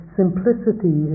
simplicity